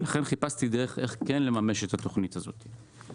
לכן, חיפשתי דרך איך כן לממש את התוכנית הזאת.